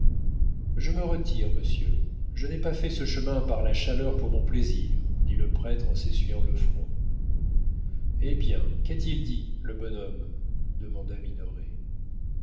je me retire monsieur je n'ai pas fait ce chemin par la chaleur pour mon plaisir dit le prêtre en s'essuyant le front eh bien qu'a-t-il dit le bonhomme demanda